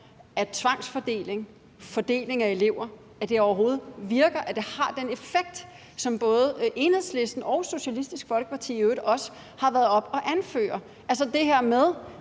at tvangsfordeling af elever overhovedet virker, at det har den effekt, som både Enhedslisten og Socialistisk Folkeparti i øvrigt også har været oppe at anføre. Det er